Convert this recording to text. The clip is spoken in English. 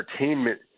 entertainment